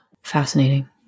fascinating